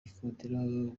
gikundiro